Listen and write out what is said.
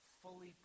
fully